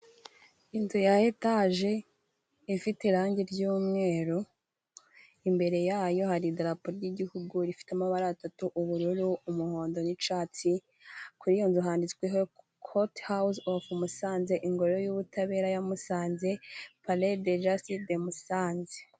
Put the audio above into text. Inzu ya etaje ifite irangi ry'umweru imbere yayo hari idarapo ry'igihugu rifite amabara atatu ubururu, umuhondo n'icatsi kuri iyo nzu handitsweho kote hawuze ofu Musanze Ingoro y'ubutabera ya Musanze , palede jasitise de Musanze.